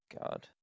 God